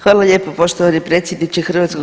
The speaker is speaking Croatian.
Hvala lijepo poštovani predsjedniče HS.